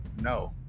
No